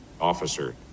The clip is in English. officer